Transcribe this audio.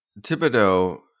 Thibodeau